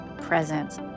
presence